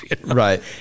Right